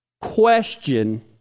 question